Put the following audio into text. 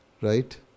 right